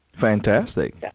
Fantastic